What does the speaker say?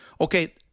okay